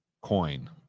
coin